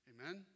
Amen